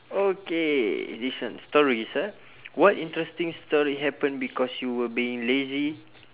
okay this one stories ah what interesting story happened because you were being lazy